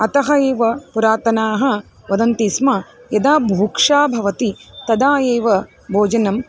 अतः एव पुरातनाः वदन्ति स्म यदा बुभुक्षा भवति तदा एव भोजनम्